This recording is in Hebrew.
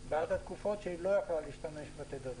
בעד התקופות בהן היא לא יכלה להשתמש בתדרים.